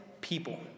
people